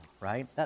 right